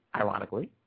ironically